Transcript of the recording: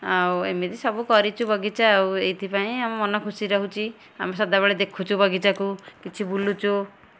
ଆଉ ଏମିତି ସବୁ କରିଛୁ ବଗିଚା ଆଉ ଏଇଥି ପାଇଁ ଆମ ମନ ଖୁସି ରହୁଛି ଆଉ ସଦାବେଳେ ଦେଖୁଛୁ ବଗିଚାକୁ କିଛି ବୁଲୁଛୁ